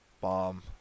bomb